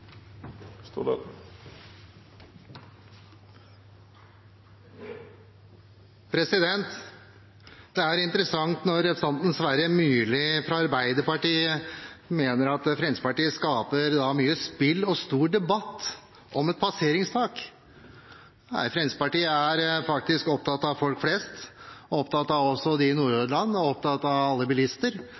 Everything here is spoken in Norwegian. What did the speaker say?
unektelig faktum. Det er interessant når representanten Sverre Myrli fra Arbeiderpartiet mener at Fremskrittspartiet skaper mye spill og stor debatt om et passeringstak. Nei, Fremskrittspartiet er faktisk opptatt av folk flest, også av folk i Nordhordland, og opptatt av alle bilister, av